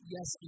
Yes